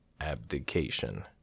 abdication